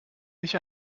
nicht